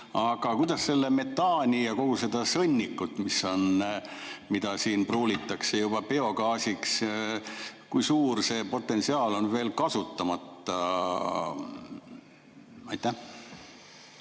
Aga see metaan ja kogu see sõnnik, mis on, mida siin pruulitakse juba biogaasiks – kui suur potentsiaal on veel kasutamata? Aitäh!